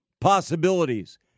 possibilities